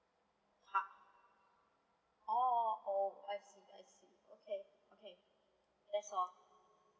park orh oh I see okay okay that's all